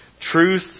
Truth